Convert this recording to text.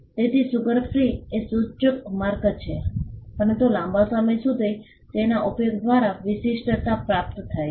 તેથી sugar free એ સૂચક માર્ક છે પરંતુ લાંબા સમય સુધી તેના ઉપયોગ દ્વારા વિશિષ્ટતા પ્રાપ્ત થઈ છે